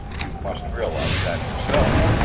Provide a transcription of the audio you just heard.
you must realize that yourself.